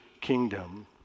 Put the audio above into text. kingdom